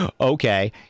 okay